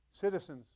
citizens